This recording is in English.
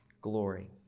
glory